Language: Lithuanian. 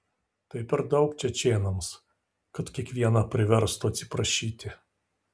tai per daug čečėnams kad kiekvieną priverstų atsiprašyti